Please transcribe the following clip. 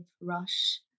rush